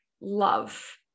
love